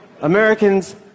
Americans